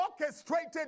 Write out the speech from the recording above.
orchestrated